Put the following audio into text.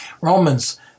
Romans